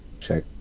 check